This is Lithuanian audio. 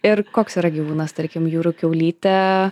ir koks yra gyvūnas tarkim jūrų kiaulytė